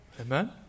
Amen